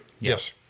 Yes